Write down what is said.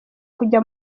kujya